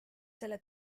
selle